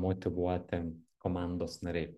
motyvuoti komandos nariai